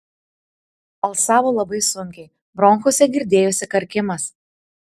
alsavo labai sunkiai bronchuose girdėjosi karkimas